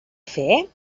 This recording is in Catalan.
fer